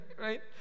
Right